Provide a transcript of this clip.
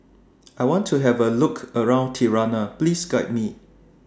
I want to Have A Look around Tirana Please Guide Me